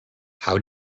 how